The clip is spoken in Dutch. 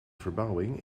verbouwingen